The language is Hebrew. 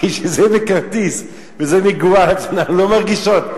כשזה בכרטיס וזה מגוהץ אנחנו לא מרגישות.